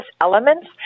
elements